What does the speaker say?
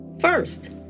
First